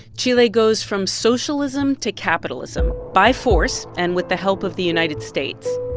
chile goes from socialism to capitalism by force and with the help of the united states.